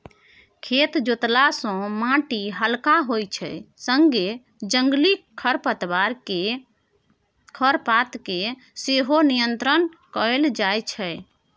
खेत जोतला सँ माटि हलका होइ छै संगे जंगली खरपात केँ सेहो नियंत्रण कएल जाइत छै